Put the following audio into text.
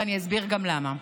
ואני אסביר גם למה.